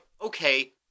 okay